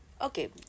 Okay